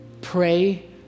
pray